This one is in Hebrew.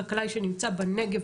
חקלאי שנמצא בנגב,